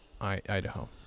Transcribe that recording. Idaho